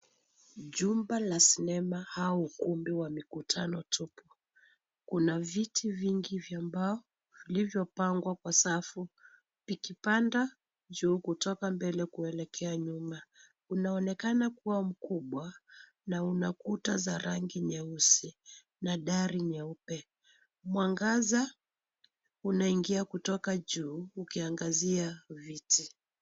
Jumba la sinema au ukumbi wa mikutano tupu. Kuna viti vingi vya mbao, vilivyopangwa kwa safu, vikipanda juu kutoka mbele kuelekea nyuma. Unaonekana kuwa mkubwa na una kuta za rangi nyeusi na dari nyeupe. Mwangaza, unaingia kutoka juu ukiangazia viti.